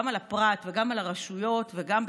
גם על הפרט וגם על הרשויות וגם,